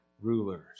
rulers